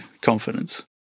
confidence